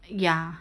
ya